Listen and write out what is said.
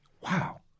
wow